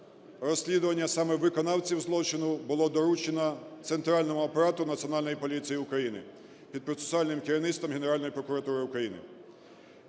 розслідування саме виконавців злочину було доручено центральному апарату Національної поліції України під процесуальним керівництвом Генеральної прокуратури України.